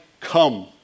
come